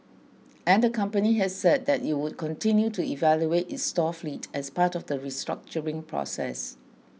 and the company has said that it would continue to evaluate its store fleet as part of the restructuring process